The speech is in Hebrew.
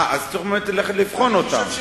אה, זאת אומרת, לבחון אותם.